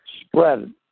spread